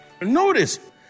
Notice